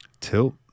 Tilt